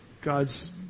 God's